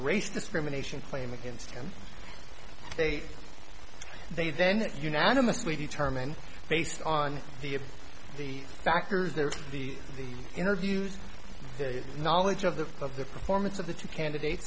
race discrimination claim against him they they then unanimously determine based on the of the factors that the the interviews the knowledge of the of the performance of the two candidates